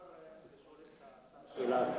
אפשר לשאול את השר שאלה?